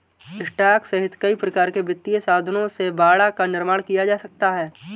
stock सहित कई प्रकार के वित्तीय साधनों से बाड़ा का निर्माण किया जा सकता है